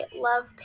love